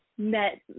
met